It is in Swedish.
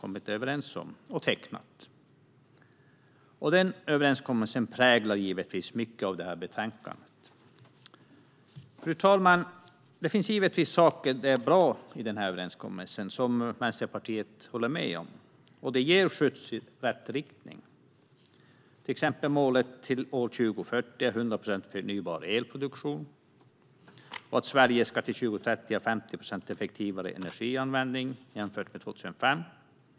Den överenskommelsen präglar givetvis mycket av detta betänkande. Fru talman! Det finns givetvis saker som är bra i denna överenskommelse och som Vänsterpartiet håller med om. Det ger en skjuts i rätt riktning. Det gäller till exempel målet att år 2040 ha 100 procent förnybar elproduktion. Och det gäller målet att Sverige år 2030 ska ha 50 procent effektivare energianvändning jämfört med 2005.